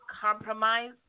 compromise